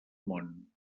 món